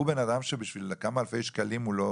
הוא בן אדם שבשביל כמה אלפי שקלים הוא לא